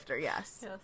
Yes